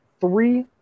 three